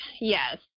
yes